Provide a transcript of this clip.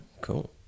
Cool